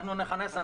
אנחנו נכנס.